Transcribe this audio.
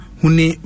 huni